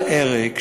אל-הרג,